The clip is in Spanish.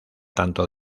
tanto